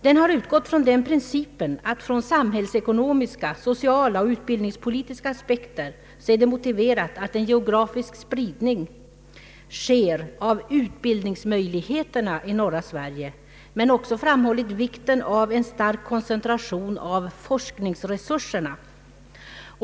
Den har utgått från den principen att det ur samhällsekonomiska, sociala och utbildningspolitiska aspekter är motiverat att en geografisk spridning sker av utbildningsmöjligheterna inom norra Sverige, men den har också framhållit vikten av en stark koncentration av forskningsresurserna.